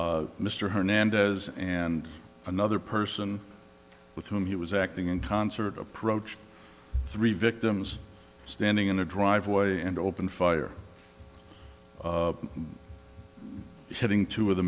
case mr hernandez and another person with whom he was acting in concert approached three victims standing in a driveway and opened fire hitting two of the